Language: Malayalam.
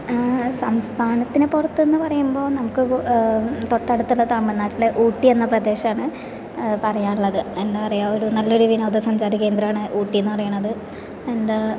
സംസ്ഥാനത്തിന് പുറത്ത് എന്ന് പറയുമ്പോൾ നമുക്ക് തൊട്ടടുത്തുള്ള തമിഴ്നാട്ടിലെ ഊട്ടി എന്ന പ്രദേശമാണ് പറയാനുള്ളത് എന്താ പറയുക ഒരു നല്ലൊരു വിനോദസഞ്ചാര കേന്ദ്രമാണ് ഊട്ടി എന്ന് പറയണത് എന്താ